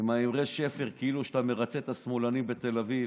עם אמרי השפר כאילו שאתה מרצה את השמאלנים בתל אביב: